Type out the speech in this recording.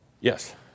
Yes